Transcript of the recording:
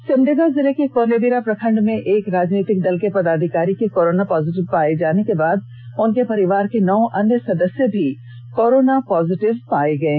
वहीं सिमडेगा जिले के कोलेबिरा प्रखंड में एक राजनीतिक दल के पदाधिकारी के कोरोना पॉजिटिव पाये जान के बाद उनके परिवार के नौ अन्य सदस्य भी कोरोना पॉजिटिव पाये गये